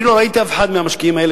אני לא ראיתי אף אחד מהמשקיעים האלה